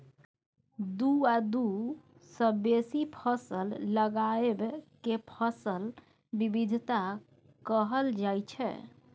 दु आ दु सँ बेसी फसल लगाएब केँ फसल बिबिधता कहल जाइ छै